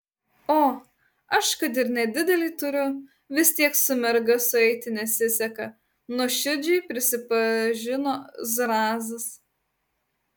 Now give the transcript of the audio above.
o aš kad ir nedidelį turiu vis tiek su merga sueiti nesiseka nuoširdžiai prisipažino zrazas